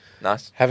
nice